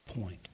point